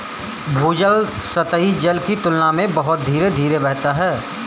भूजल सतही जल की तुलना में बहुत धीरे धीरे बहता है